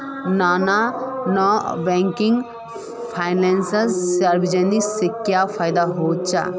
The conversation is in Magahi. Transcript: नॉन बैंकिंग फाइनेंशियल सर्विसेज से की फायदा होचे?